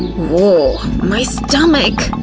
woah. my stomach!